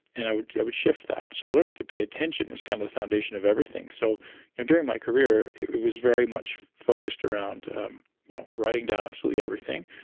and i would would shift that. so learning to pay attention is kind of the foundation of everything so you know during my career, it was very much focused around um you know writing down absolutely everything,